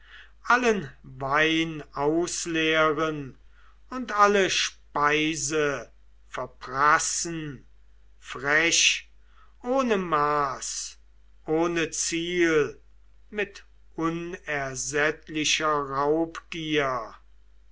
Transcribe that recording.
allen wein ausleeren und alle speise verprassen frech ohne maß ohne ziel mit unersättlicher raubgier